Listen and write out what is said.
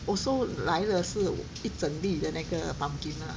oh so 来的是一整粒的那个 pumpkin ah